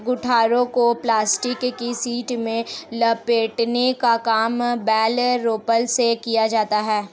गट्ठरों को प्लास्टिक की शीट में लपेटने का काम बेल रैपर से किया जाता है